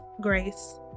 grace